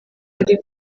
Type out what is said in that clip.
bari